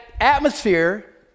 atmosphere